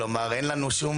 כלומר אין לנו שום